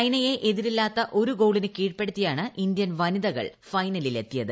ചൈനയെ എതിരില്ലാത്ത ദ ഒരു ഗോളിന് കീഴ്പ്പെടുത്തിയാണ് ഇന്ത്യൻ വനിതകൾ ഫൈനലിൽ എത്തിയത്